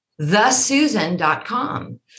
thesusan.com